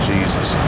Jesus